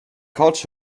couch